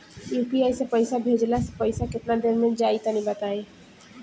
UPI से पईसा भेजलाऽ से पईसा केतना देर मे जाई तनि बताई?